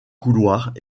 couloirs